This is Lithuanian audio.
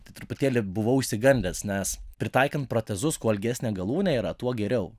tai truputėlį buvau išsigandęs nes pritaikant protezus kuo ilgesnė galūnė yra tuo geriau